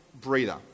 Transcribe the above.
breather